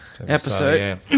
episode